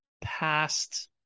past